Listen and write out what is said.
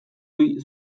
ohi